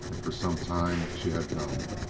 and for some time she had known,